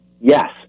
yes